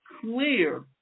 clear